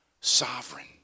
sovereign